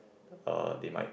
uh they might